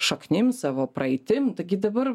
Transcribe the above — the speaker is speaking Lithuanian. šaknim savo praeitim taigi dabar